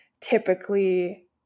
typically